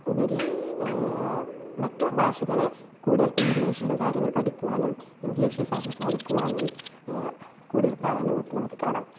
ഉപരി മറ്റ് ഭാഷകളെ കൂടുതൽ ഇംഗ്ലീഷിന്റെ കാര്യങ്ങൾ പഠിക്കുവാനും ഇംഗ്ലീഷിൽ സംസാരിക്കുവാനും കൂടുതൽ പ്രാധാന്യം കൊടുക്കുന്നത് നമുക്ക് കാണാം അപ്പോ